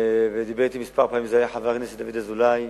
ודיבר אתי כמה פעמים, היה חבר הכנסת דוד אזולאי.